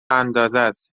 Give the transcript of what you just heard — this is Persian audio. اندازست